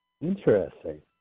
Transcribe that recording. Interesting